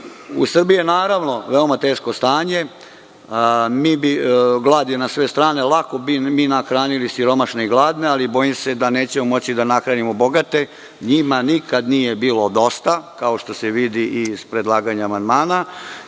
Srbiji je, naravno, veoma teško stanje. Glad je na sve strane. Lako bi mi nahranili siromašne i gladne, ali bojim se da nećemo moći da nahranimo bogate. Njima nikad nije bilo dosta, kao što se vidi i iz predlaganja amandmana.